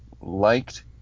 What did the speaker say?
liked